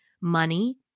money